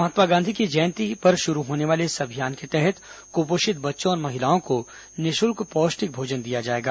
महात्मा गांधी की जयंती पर शुरू होने वाले इस अभियान के तहत कुपोषित बच्चों और महिलाओं को निःशुल्क पौष्टिक भोजन दिया जाएगा